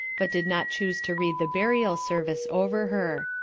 but did not chuse to read the burial service over her.